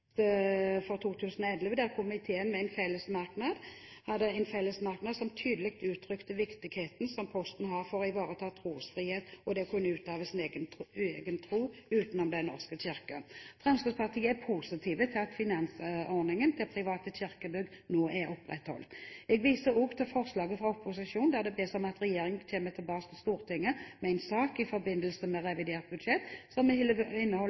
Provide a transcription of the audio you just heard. for 2011, der komiteen hadde en felles merknad som tydelig uttrykte viktigheten som posten har for å ivareta trosfrihet og det å kunne utøve sin egen tro utenom Den norske kirke. Fremskrittspartiet er positiv til at finansieringsordningen til private kirkebygg nå er opprettholdt. Jeg viser også til forslaget fra opposisjonen, der det bes om at regjeringen kommer tilbake til Stortinget med en sak i forbindelse med revidert budsjett, som